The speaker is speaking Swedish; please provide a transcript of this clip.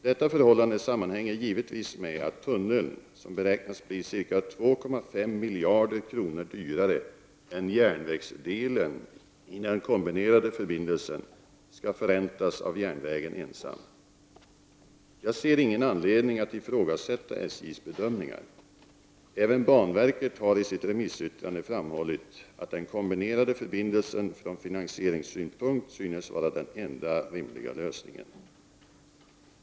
Detta förhållande sammanhänger givetvis med att tunneln, som beräknas bli ca 2,5 miljarder kronor dyrare än järnvägsdelen i den kombinerande förbindelsen, skall förräntas av järnvägen ensam. Jag ser ingen anledning att ifrågasätta SJ:s bedömningar. Även banverket har i sitt remissyttrande framhållit att den kombinerande förbindelsen från finansieringssynpunkt synes vara den enda rimliga lösningen.